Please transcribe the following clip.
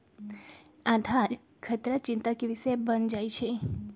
आधार खतरा चिंता के विषय बन जाइ छै